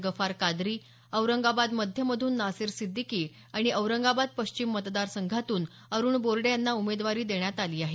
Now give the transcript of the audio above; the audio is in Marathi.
गफार कादरी औरंगाबाद मध्यमधून नासेर सिद्दीकी आणि औरंगाबाद पश्चिम मतदारसंघातून अरुण बोर्डे यांना उमेदवारी देण्यात आली आहे